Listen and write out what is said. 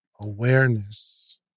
awareness